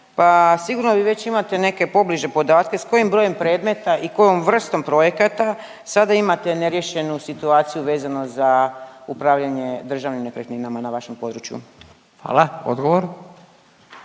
sigurno vi već imate neke pobliže podatke s kojim brojem predmeta i kojom vrstom projekata sada imate neriješenu situaciju vezano za upravljanje državnim nekretninama na vašem području? **Radin,